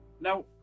now